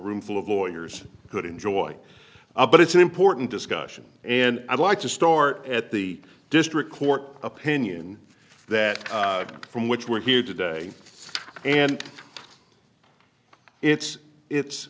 room full of lawyers could enjoy but it's an important discussion and i'd like to start at the district court opinion that from which we're here today and it's it's